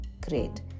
great